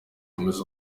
komeza